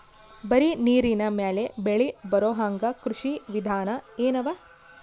ಬರೀ ನೀರಿನ ಮೇಲೆ ಬೆಳಿ ಬರೊಹಂಗ ಕೃಷಿ ವಿಧಾನ ಎನವ?